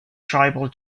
tribal